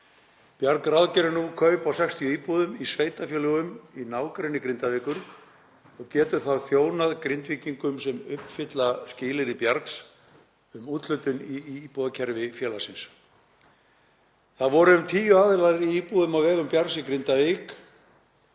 Bjarg ráðgerir nú kaup á 60 íbúðum í sveitarfélögum í nágrenni Grindavíkur og getur þá þjónað Grindvíkingum sem uppfylla skilyrði Bjargs um úthlutun í íbúðakerfi félagsins. Það voru um tíu aðilar í íbúðum á vegum Bjargs í Grindavík